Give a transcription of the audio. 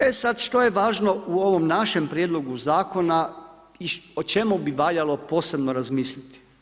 E sad što je važno u ovom našem prijedlogu zakona i o čemu bi valjalo posebno razmisliti.